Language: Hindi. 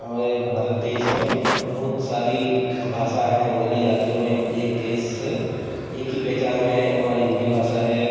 हमारे भारत देश में बहुत सारी भाषाएँ हैं बोली जाती हैं एक देश एक की पहचान में हमारी हिन्दी भाषा है